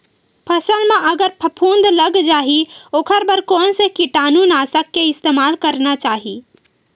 फसल म अगर फफूंद लग जा ही ओखर बर कोन से कीटानु नाशक के इस्तेमाल करना चाहि?